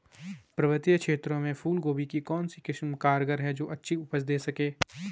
पर्वतीय क्षेत्रों में फूल गोभी की कौन सी किस्म कारगर है जो अच्छी उपज दें सके?